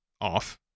off